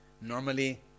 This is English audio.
normally